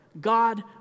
God